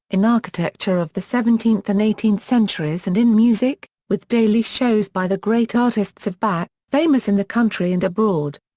in architecture of the seventeenth and eighteenth centuries and in music, with daily shows by the great artists of bahia, famous in the country and abroad.